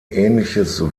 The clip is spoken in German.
ähnliches